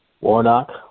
Warnock